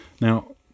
Now